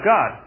God